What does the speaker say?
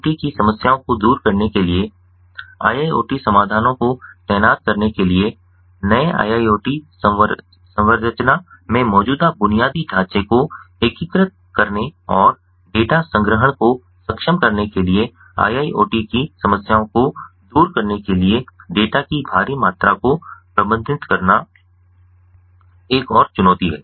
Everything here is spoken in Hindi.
IIoT की समस्याओं को दूर करने के लिए IIoT समाधानों को तैनात करने के लिए नए IIoT अवसंरचना में मौजूदा बुनियादी ढांचे को एकीकृत करने और डेटा संग्रहण को सक्षम करने के लिए IIoT की समस्याओं को दूर करने के लिए डेटा की भारी मात्रा को प्रबंधित करना एक और चुनौती है